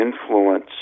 influence